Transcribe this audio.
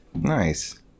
Nice